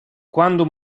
quando